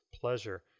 pleasure